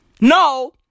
no